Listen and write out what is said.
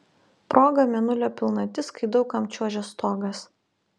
proga mėnulio pilnatis kai daug kam čiuožia stogas